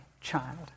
child